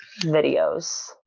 videos